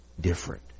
different